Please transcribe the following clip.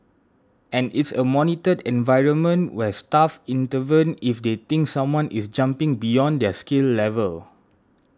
and it's a monitored environment where staff intervene if they think someone is jumping beyond their skill level